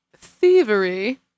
thievery